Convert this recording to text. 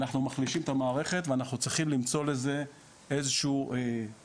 אנחנו מחלישים את המערכת ואנחנו צריכים למצוא לזה אילו שהם